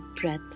breath